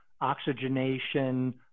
oxygenation